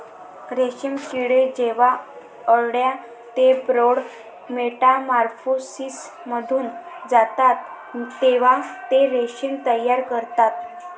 रेशीम किडे जेव्हा अळ्या ते प्रौढ मेटामॉर्फोसिसमधून जातात तेव्हा ते रेशीम तयार करतात